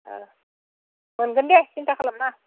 मोनगोन दे सिन्था खालाम नाङा